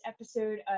episode